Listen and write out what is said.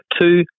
two